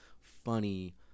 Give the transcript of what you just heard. funny